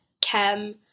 chem